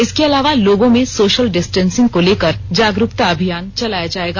इसके अलावा लोगों में सोशल डेस्टेंसिंग को लेकर जागरुकता अभियान चलाया जाएगा